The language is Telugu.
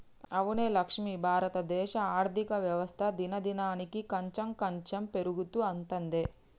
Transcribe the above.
అవునే లక్ష్మి భారతదేశ ఆర్థిక వ్యవస్థ దినదినానికి కాంచెం కాంచెం పెరుగుతూ అత్తందే